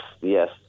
yes